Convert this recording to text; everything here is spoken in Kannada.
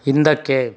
ಹಿಂದಕ್ಕೆ